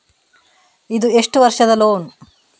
ಇದು ಎಷ್ಟು ವರ್ಷದ ಲೋನ್?